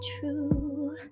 true